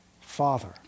Father